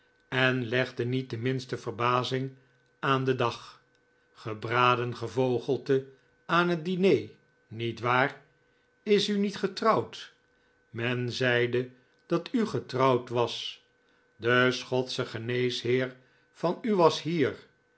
en legde niet de minste verbazing aan den dag gebraden gevogelte aan het diner niet waar is u niet getrouwd men zeide dat u getrouwd was de schotsche geneesheer van u was hier